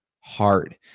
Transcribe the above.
hard